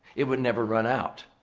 it would never run out.